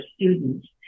students